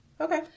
Okay